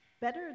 Better